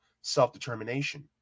self-determination